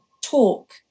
talk